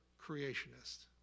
creationists